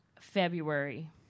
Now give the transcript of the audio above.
February